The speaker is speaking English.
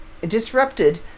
disrupted